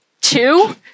two